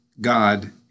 God